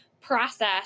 process